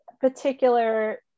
particular